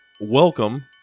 welcome